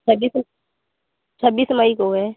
छब्बीस छब्बीस मई को है